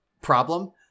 problem